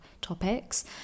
topics